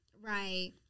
Right